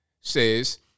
Says